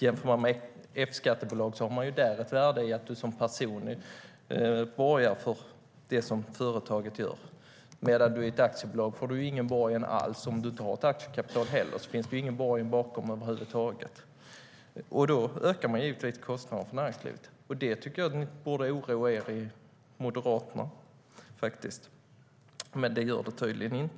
Jämför man med F-skattebolag har man ju där ett värde i att du som person borgar för det företaget gör, medan du i ett aktiebolag inte får någon borgen alls. Har du inget aktiekapital heller finns det ju ingen borgen bakom över huvud taget. Då ökar man givetvis kostnaden för näringslivet, och det tycker jag faktiskt borde oroa er i Moderaterna. Men det gör det tydligen inte.